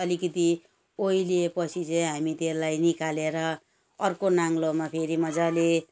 अलिकिति ओइलिए पछि चाहिँ हामी त्यसलाई निकालेर अर्को नाङ्लोमा फेरि मजाले